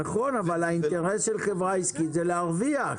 נכון, אבל האינטרס של חברה עסקית הוא להרוויח.